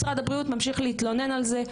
משרד הבריאות ממשיך להתלונן על זה,